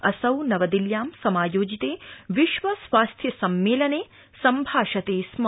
असौ नवदिल्यां समायोजिते विश्व स्वास्थ्य सम्मेलने सम्भाषते स्म